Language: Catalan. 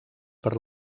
per